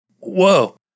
whoa